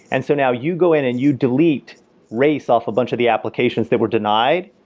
and so now you go in and you delete race off a bunch of the applications that were denied,